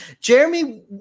Jeremy